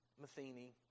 Matheny